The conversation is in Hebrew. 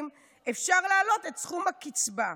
אפשר להעלות את סכום הקצבה.